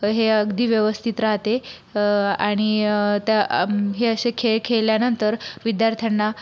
हे अगदी व्यवस्थित राहते आणि त हे असे खेळ खेळल्यानंतर विद्यार्थ्यांना